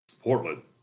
Portland